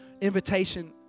invitation